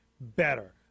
better